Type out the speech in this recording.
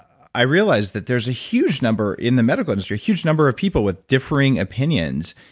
i realized that there's a huge number in the medical industry, a huge number of people with differing opinions.